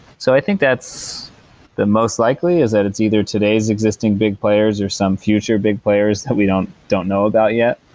so i think that's the most likely is that it's either today's existing big players, or some future big players that we don't don't know about yet.